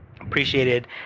appreciated